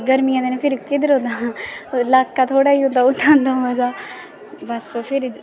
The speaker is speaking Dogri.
गरमियें दिनें फिर किद्धर लाका थोह्ड़ा जेहा होंदा उत्थें दमैं जा बस फिर